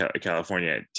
california